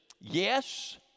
yes